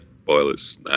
Spoilers